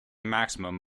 maximum